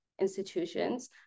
institutions